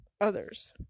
others